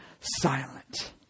silent